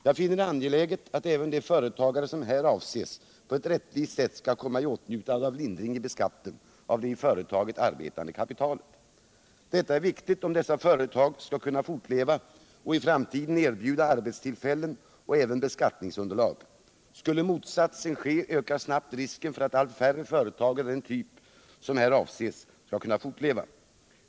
Jag finner det angeläget att även de företagare som här avses på ett rättvist sätt skall kunna komma i åtnjutande av lindring i beskattningen av det i företaget arbetande kapitalet. Detta är viktigt om dessa företag skall kunna fortleva och i framtiden erbjuda arbetstillfällen och även 99 beskattningsunderlag. Skulle motsatsen ske, ökar snabbt risken för att allt färre företag av den typ som här avses kan fortleva.